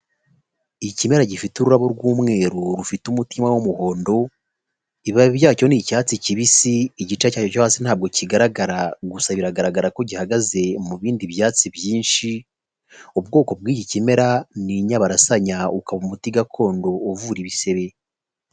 ikimera gifite ururabo rw'umweru rufite umutima w'umuhondo, ibibabi byacyo ni icyatsi kibisi. Igice cyacyo cyo hasi ntabwo kigaragara, gusa biragaragara ko gihagaze mu bindi byatsi byinshi. Ubwoko bw'iki kimera n’inyabarasanya, ukaba umuti gakondo uvura ibisebe.